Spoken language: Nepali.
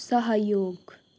सहयोग